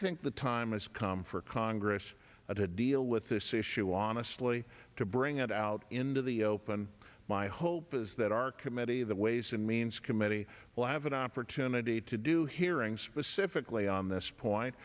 think the time has come for congress to deal with this issue honestly to bring it out into the open my hope is that our committee the ways and means committee will have an opportunity to do hearings specifically on this point